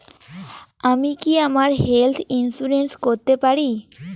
আমি কি আমার হেলথ ইন্সুরেন্স করতে পারি?